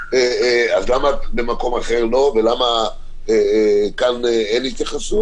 אז למה במקום אחר לא ולמה כאן אין התייחסות?